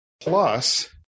Plus